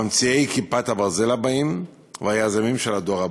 ממציאי "כיפת ברזל" הבאים והיזמים של הדור הבא.